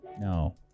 No